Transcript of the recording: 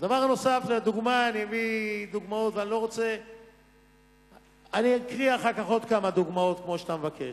אני אקרא אחר כך עוד כמה דוגמאות, כמו שאתה מבקש.